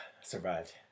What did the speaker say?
survived